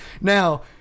now